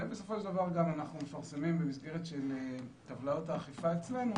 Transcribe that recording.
ובסופו של דבר אנחנו מפרסמים במסגרת של טבלאות האכיפה אצלנו,